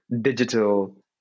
digital